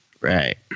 Right